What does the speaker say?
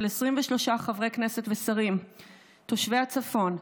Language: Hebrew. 23 חברי כנסת ושרים תושבי הצפון.